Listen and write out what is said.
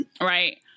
right